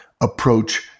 approach